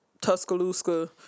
Tuscaloosa